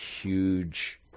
huge